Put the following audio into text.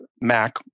Mac